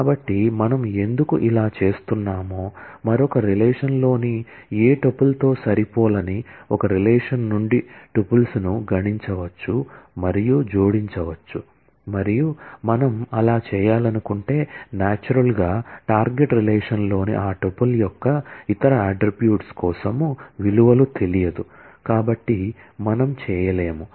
కాబట్టి మనం ఎందుకు ఇలా చేస్తున్నామో మరొక రిలేషన్లోని ఏ టుపుల్తో సరిపోలని ఒక రిలేషన్ నుండి టుపుల్స్ను గణించవచ్చు మరియు జోడించవచ్చు మరియు మనం అలా చేయాలనుకుంటే నాచురల్ గా టార్గెట్ రిలేషన్లోని ఆ టుపుల్ యొక్క ఇతర అట్ట్రిబ్యూట్స్ కోసం విలువలు తెలియదు కాబట్టి మనం చేయలేము